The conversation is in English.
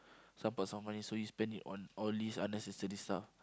some parts of money so you spend it on all these unnecessary stuff